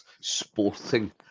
sporting